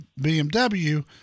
BMW